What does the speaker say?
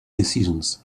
decisions